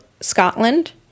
Scotland